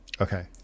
okay